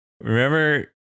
remember